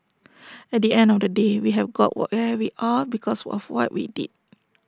at the end of the day we have got where we are because of what we did